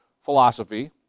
philosophy